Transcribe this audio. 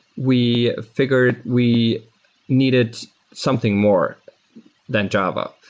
we figured we needed something more than java.